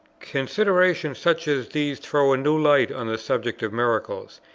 considerations such as these throw a new light on the subject of miracles,